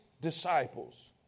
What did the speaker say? disciples